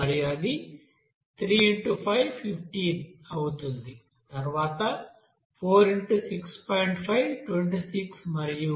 అప్పుడు 7 మరియు అది 3x515 అవుతుంది తరువాత 4x6